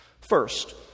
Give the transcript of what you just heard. First